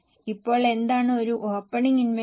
ഇപ്പോൾ എന്താണ് ഒരു ഓപ്പണിംഗ് ഇൻവെന്ററി